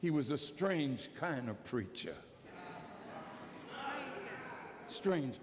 he was a strange kind of preacher strange